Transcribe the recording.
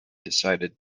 decided